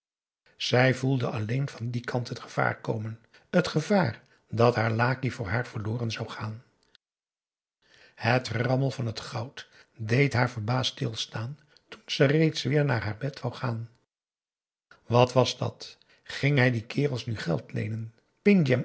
zij voelde alleen van dien kant het gevaar komen het gevaar dat haar laki voor haar verloren zou gaan het gerammel van het goud deed haar verbaasd stilstaan toen ze reeds weer naar haar bed wou gaan wat was dat ging hij die kerels nu geld leenen